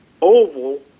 oval